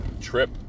trip